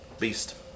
beast